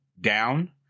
down